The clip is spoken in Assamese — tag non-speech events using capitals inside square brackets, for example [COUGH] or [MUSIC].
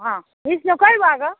অঁ [UNINTELLIGIBLE] নকৰিব আকৌ